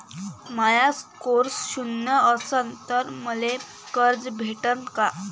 माया score शून्य असन तर मले कर्ज भेटन का?